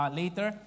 later